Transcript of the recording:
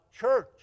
church